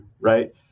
right